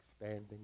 expanding